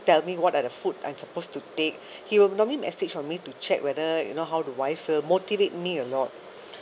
tell me what are the food I'm supposed to take he will normally message on me to check whether you know how do I feel motivate me a lot